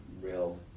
real